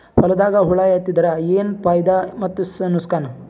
ಹೊಲದಾಗ ಹುಳ ಎತ್ತಿದರ ಏನ್ ಫಾಯಿದಾ ಮತ್ತು ನುಕಸಾನ?